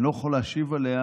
אני מדברת על 2019,